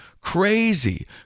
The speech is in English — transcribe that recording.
Crazy